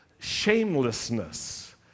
shamelessness